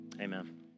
Amen